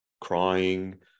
crying